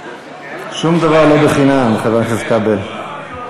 שום דבר לא בחינם, חבר הכנסת כבל.